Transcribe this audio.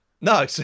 no